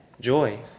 Joy